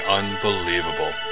unbelievable